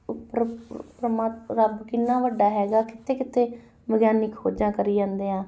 ਪ੍ਰ ਪ ਪ੍ਰਮਾ ਰੱਬ ਕਿੰਨਾ ਵੱਡਾ ਹੈਗਾ ਕਿੱਥੇ ਕਿੱਥੇ ਵਿਗਿਆਨੀ ਖੋਜਾਂ ਕਰੀ ਜਾਂਦੇ ਆ